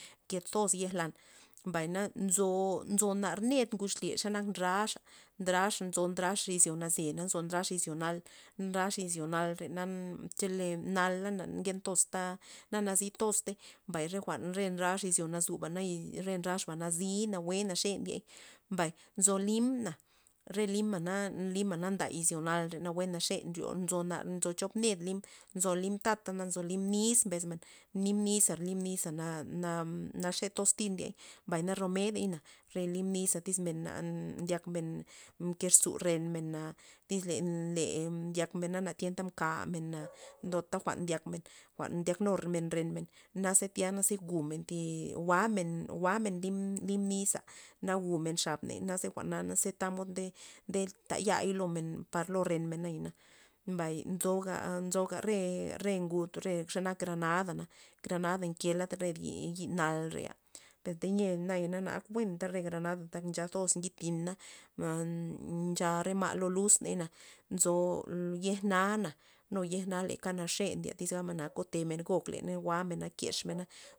Nke toz yej lan, mbay nzo- nzo nar ned ngud xlye xa nak ndraxa- ndraxa nzo ndrax izyo naze na nzo ndrax izyo nal, ndrax izyo nalre chele nala nagen tozta nazi toztey mbay re jwa'n re ndrax nazuba na re ndrax ba nazi nawue naxe ndiey, mbay nzo limna, re lima na re lima nda izyo nal nawue naxe nryo na nzo chop ned lim nzo lim tata na nzo lim niz bes men lin niza- lim niza na- naxe toxtir ndiey mbay na romedey na, re lim nizey tyz ley na ndyakmen nkezu renmen tyz le- le ndyaken na tienta mbalk mena ndota jwa'n ndyakmen jwa'n ndyak nu ren men naze tya naze jwu'men thi jwa'men- jwa'men lim- lim niza na jwu'men xabney naze tamod nde- nde tayai lomen par lo renmen nayana, mbay nzoga nzoga re- re ngud re xanak granada, granada nke lad yi' nalre per te yia naya na ak buenta anta re granad nchatoz ngid tina na ncha re ma' luzney na nzo yej na na nu le yej na le xe ndye kotemen gok leney jwa'mena yexmena.